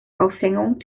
aufhängung